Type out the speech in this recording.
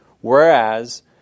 Whereas